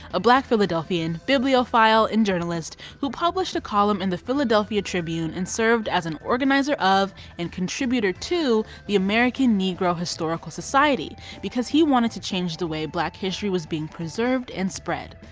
a black philadelphian, bibliophile and journalist who published a column in the philadelphia tribune and served as an organizer of and contributor to the american negro historical society because he wanted to change the way black history was being preserved and spread.